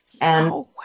And-